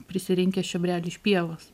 prisirinkęs čiobrelių iš pievos